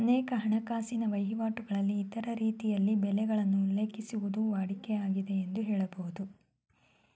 ಅನೇಕ ಹಣಕಾಸಿನ ವಹಿವಾಟುಗಳಲ್ಲಿ ಇತರ ರೀತಿಯಲ್ಲಿ ಬೆಲೆಗಳನ್ನು ಉಲ್ಲೇಖಿಸುವುದು ವಾಡಿಕೆ ಆಗಿದೆ ಎಂದು ಹೇಳಬಹುದು